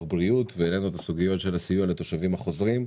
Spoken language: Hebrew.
בריאות ואת הסוגיות של הסיוע לתושבים החוזרים,